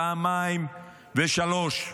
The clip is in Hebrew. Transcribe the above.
פעמיים ושלוש: